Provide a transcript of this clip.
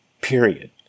Period